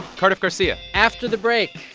cardiff garcia after the break,